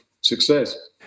success